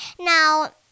now